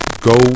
go